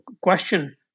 question